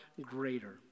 greater